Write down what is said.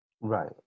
Right